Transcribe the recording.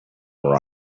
were